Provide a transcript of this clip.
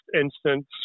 instance